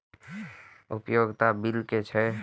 उपयोगिता बिल कि छै?